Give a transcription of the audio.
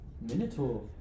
Minotaur